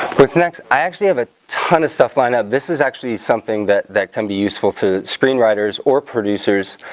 next i actually have a ton of stuff lined up, this is actually something that that can be useful to screenwriters or producers